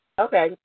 Okay